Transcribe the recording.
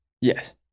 Yes